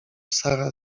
sara